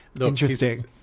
Interesting